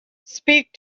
speak